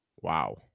Wow